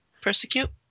Persecute